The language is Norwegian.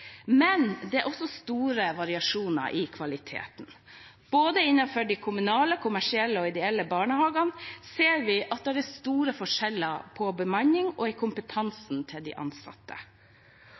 men det er også store variasjoner i kvaliteten. Både innenfor de kommunale, kommersielle og ideelle barnehagene ser vi at det er store forskjeller i bemanning og i kompetansen til de ansatte.